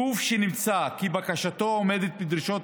גוף שנמצא כי בקשתו עומדת בדרישות